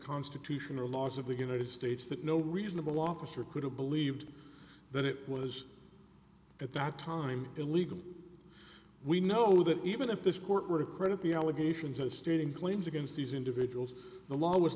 constitution or laws of the united states that no reasonable officer could have believed that it was at that time illegal we know that even if this court were to credit the allegations as stating claims against these individuals the law was